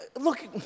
look